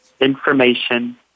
information